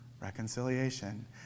reconciliation